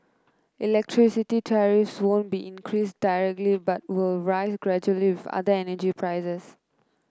electricity tariffs won't be increased directly but will rise gradually with other energy prices